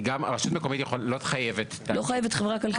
רשות מקומית לא חייבת --- לא חייבת חברה כלכלית.